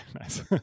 nice